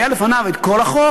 היה לפניו כל החוק,